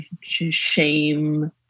shame